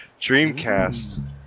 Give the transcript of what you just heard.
Dreamcast